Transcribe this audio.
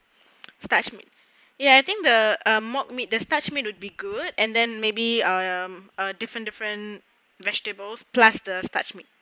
starch meat ya I think the mock meat there's starch meat would be good and then maybe uh hmm different different vegetables plus the starch meat